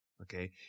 Okay